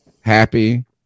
happy